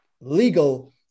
legal